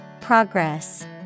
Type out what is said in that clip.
Progress